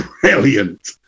brilliant